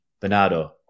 Bernardo